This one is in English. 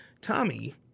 Tommy